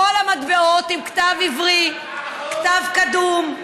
כל המטבעות עם כתב עברי, כתב קדום,